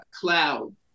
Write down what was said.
cloud